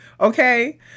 okay